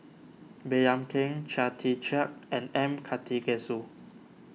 Baey Yam Keng Chia Tee Chiak and M Karthigesu